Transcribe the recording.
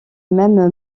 même